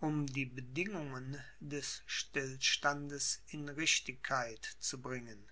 um die bedingungen des stillstandes in richtigkeit zu bringen